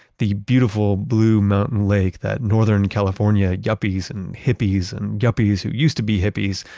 the beautiful blue mountain lake that northern california yuppies and hippies, and yuppies who used to be hippies,